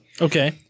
okay